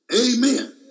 Amen